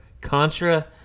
Contra